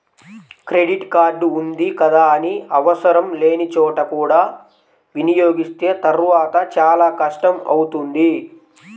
credit card ఉంది కదా అని ఆవసరం లేని చోట కూడా వినియోగిస్తే తర్వాత చాలా కష్టం అవుతుంది